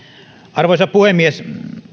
arvoisa puhemies